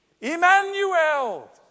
Emmanuel